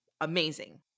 amazing